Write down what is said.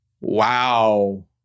wow